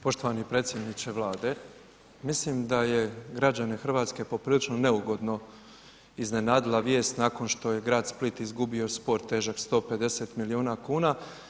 Poštovani predsjedniče Vlade, mislim da je građane Hrvatske, poprilično neugodno, iznenadila vijest, nakon što je grad Split, izgubio spor težak 150 milijuna kuna.